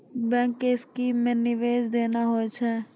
Bank के scheme मे निवेश केना होय छै?